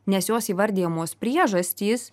nes jos įvardijamos priežastys